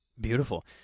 Beautiful